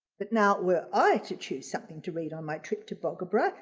but now we're i to choose something to read on my trip to bogabri.